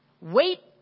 Wait